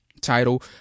title